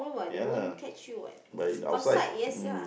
ya lah but in outside mm